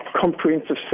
comprehensive